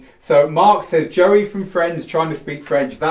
so mark says, joey from friends trying to speak french.